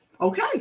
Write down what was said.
Okay